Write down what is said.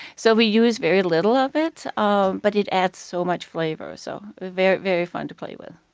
so we use very little of it, um but it adds so much flavor. so very very fun to play with